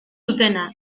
dutena